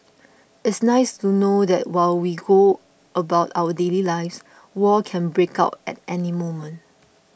it's nice to know that while we go about our daily lives war can break out at any moment